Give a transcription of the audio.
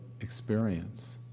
experience